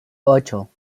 ocho